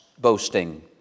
boasting